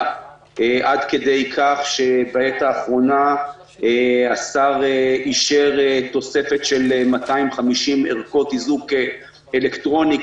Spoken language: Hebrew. עד כדי כך שבעת האחרונה השר אישר תוספת של 250 ערכות איזוק אלקטרוני,